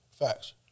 facts